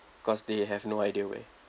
cause they have no idea where